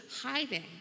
hiding